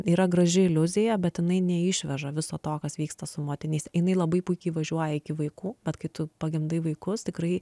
yra graži iliuzija bet jinai neišveža viso to kas vyksta su motinyste jinai labai puikiai važiuoja iki vaikų bet kai tu pagimdai vaikus tikrai